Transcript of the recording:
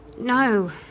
No